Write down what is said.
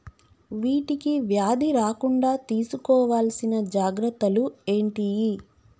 వీటికి వ్యాధి రాకుండా తీసుకోవాల్సిన జాగ్రత్తలు ఏంటియి?